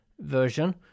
version